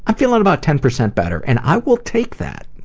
i'm feeling about ten percent better and i will take that.